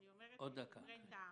אני אומרת דברי טעם.